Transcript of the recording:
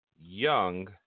Young